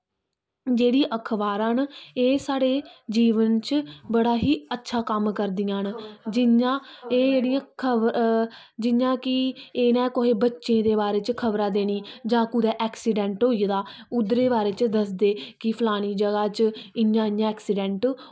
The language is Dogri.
जेह्ड़ी अखबारां न एह् साढ़े जीवन च बड़ा ही अच्छा कम्म करदियां न जियां कि एह् जेह्ड़ियां खब जियां कि एह् ना कुहै बच्चे दे बारे च खबरां देनी जां कुदै ऐक्सिडेंट होई गेदा ओह्दे बारे च दसदे कि फलानी जगह् च इ'यां इ'यां ऐक्सिडेंट